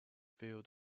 field